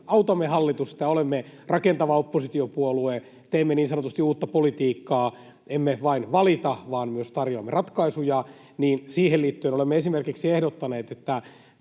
autamme hallitusta: Olemme rakentava oppositiopuolue, teemme niin sanotusti uutta politiikkaa, emme vain valita vaan myös tarjoamme ratkaisuja, ja siihen liittyen olemme esimerkiksi ehdottaneet, että